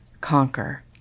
conquer